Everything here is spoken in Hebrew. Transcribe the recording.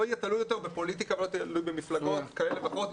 זה לא יהיה תלוי יותר בפוליטיקה ולא תלוי במפלגות כאלה או אחרות,